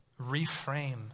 reframe